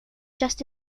just